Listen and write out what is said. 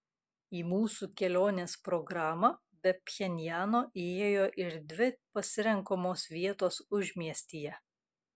į mūsų kelionės programą be pchenjano įėjo ir dvi pasirenkamos vietos užmiestyje